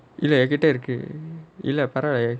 ஆமா என் கிட்டயும் இருக்கு:aamaa en kittayum irukku